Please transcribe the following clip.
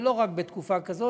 ולא רק בתקופה כזאת,